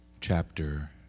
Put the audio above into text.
chapter